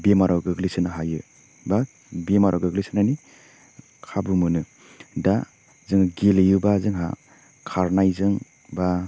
बेमाराव गोग्लैसोनो हायो बा बेमाराव गोग्लैसोनायनि खाबु मोनो दा जों गेलेयोबा जोंहा खारनायजों बा